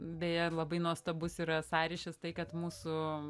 beje labai nuostabus yra sąryšis tai kad mūsų